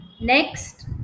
Next